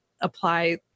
apply